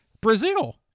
Brazil